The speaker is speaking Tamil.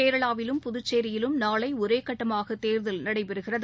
கேரளாவிலும் புதுச்சேரியிலும் நாளை ஒரே கட்டமாக தேர்தல் நடைபெறுகிறது